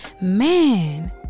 man